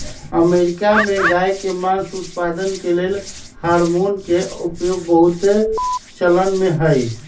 America में गायके मास उत्पादन के लेल हार्मोन के उपयोग बहुत चलनमें हइ